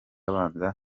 abanza